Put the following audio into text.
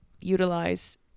utilize